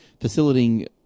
facilitating